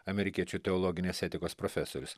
amerikiečių teologinės etikos profesorius